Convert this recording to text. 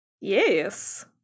Yes